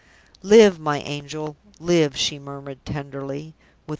live, my angel, live! she murmured, tenderly,